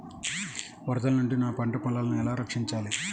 వరదల నుండి నా పంట పొలాలని ఎలా రక్షించాలి?